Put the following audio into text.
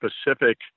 specific